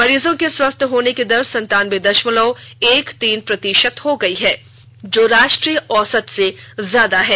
मरीजों के स्वस्थ होने की दर संतानबे दशमलव एक तीन प्रतिशत हो गई है जो राष्ट्रीय औसत से ज्यादा है